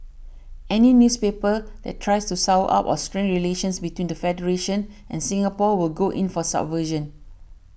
any newspaper that tries to sour up or strain relations between the federation and Singapore will go in for subversion